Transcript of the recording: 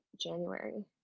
January